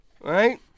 Right